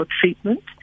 treatment